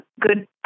good